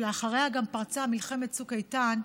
שאחריה גם פרצה מלחמת צוק איתן,